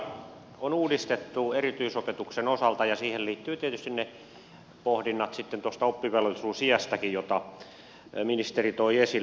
perusopetuslakia on uudistettu erityisopetuksen osalta ja siihen liittyvät tietysti ne pohdinnat sitten tuosta oppivelvollisuusiästäkin joita ministeri toi esille